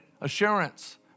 assurance